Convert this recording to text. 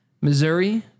Missouri